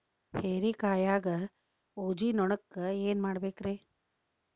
ಹೇರಿಕಾಯಾಗ ಊಜಿ ನೋಣಕ್ಕ ಏನ್ ಮಾಡಬೇಕ್ರೇ?